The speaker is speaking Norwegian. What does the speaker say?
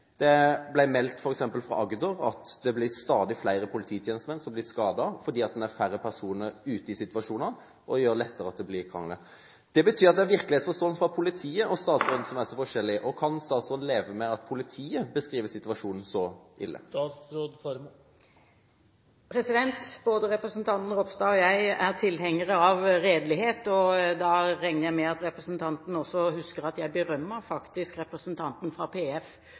at det er stadig flere polititjenestemenn som blir skadet fordi det er færre personer ute i situasjonene, og det gjør at det lettere blir krangler. Det betyr at virkelighetsforståelsen hos politiet og statsråden er forskjellig. Kan statsråden leve med at politiet beskriver situasjonen som så ille? Både representanten Ropstad og jeg er tilhengere av redelighet. Da regner jeg med at representanten også husker at jeg faktisk berømmet representanten fra